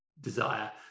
desire